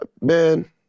man